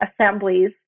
assemblies